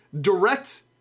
direct